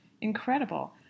incredible